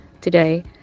today